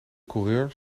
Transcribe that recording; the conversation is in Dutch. coureur